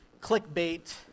clickbait